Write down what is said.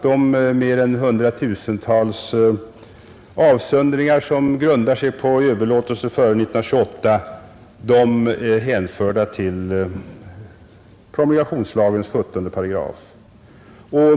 De hundratusentals avsöndringar som grundar sig på överlåtelser före 1928 är hänförda till promulgationslagens 17 §.